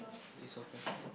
is your question